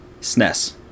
snes